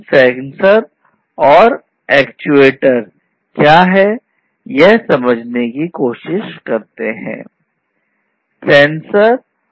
sensor क्या है यह समझने की कोशिश करते हैं